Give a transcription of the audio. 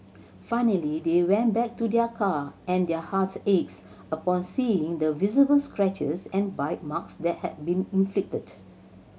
finally they went back to their car and their hearts aches upon seeing the visible scratches and bite marks that had been inflicted